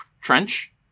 trench